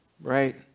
right